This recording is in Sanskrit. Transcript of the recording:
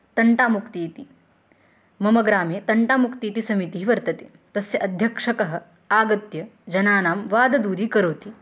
तण्टामुक्ति इति मम ग्रामे तण्टामुक्ति इति समितिः वर्तते तस्य अध्यक्षकः आगत्य जनानां वादं दूरीकरोति